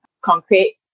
concrete